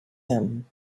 him